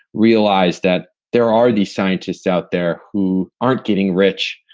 realized that there are these scientists out there who aren't getting rich,